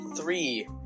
Three